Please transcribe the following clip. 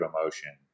emotion